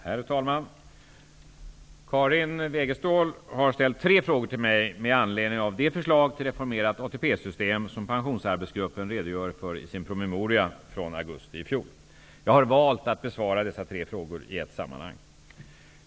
Herr talman! Karin Wegestål har ställt tre frågor till mig med anledning av det förslag till reformerat ATP-system som pensionsarbetsgruppen redogör för i sin promemoria från augusti i fjol . Jag har valt att besvara dessa tre frågor i ett sammanhang.